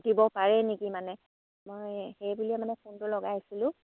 পাতিব পাৰে নেকি মানে মই সেই বুলিয়ে মানে ফোনটো লগাইছিলোঁ